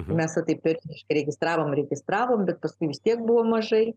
mes taip ir registravom registravom bet paskui vis tiek buvo mažai